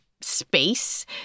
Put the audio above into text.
space